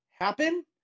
happen